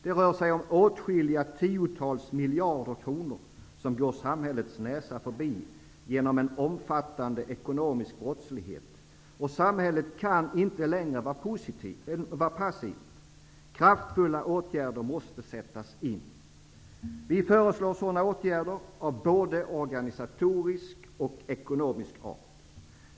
Det rör sig om åtskilliga tiotals miljader kronor som går samhällets näsa förbi genom en omfattande ekonomisk brottslighet. Samhället kan inte längre vara passivt. Kraftfulla åtgärder måste sättas in. Vi föreslår sådana åtgärder av både organisatorisk och ekonomisk art.